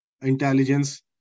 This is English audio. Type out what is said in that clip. intelligence